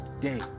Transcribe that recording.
Day